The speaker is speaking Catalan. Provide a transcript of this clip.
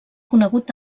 conegut